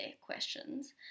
questions